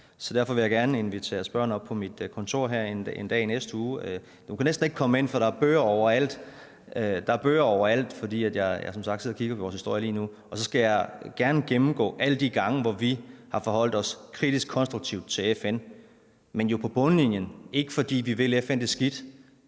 så derfor vil jeg gerne invitere spørgeren op på mit kontor en dag i næste uge. Du kan næsten ikke komme ind, for der er bøger overalt. Der er bøger overalt, fordi jeg som sagt sidder og kigger på vores historie lige nu. Så skal jeg gerne gennemgå alle de gange, hvor vi har forholdt os kritisk konstruktivt til FN, men jo på bundlinjen, ikke fordi vi vil FN det skidt,